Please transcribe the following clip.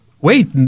wait